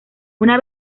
una